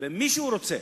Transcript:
במי שהוא רוצה.